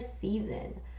season